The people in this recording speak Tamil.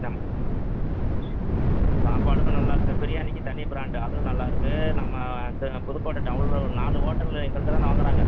நம் சாப்பாடுக்கும் நல்லா இருக்குது பிரியாணிக்கு தனி பிராண்டு அதுவும் நல்லா இருக்குது நம்ம ப புதுக்கோட்டை டவுன்ல ஒரு நாலு ஓட்டலு எங்கள்கிட்ட தானே வாங்குகிறாங்க